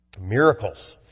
Miracles